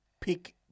pick